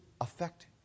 affect